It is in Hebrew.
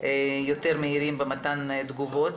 יותר מהירים במתן התגובות.